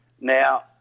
Now